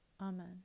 Amen